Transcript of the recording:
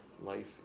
life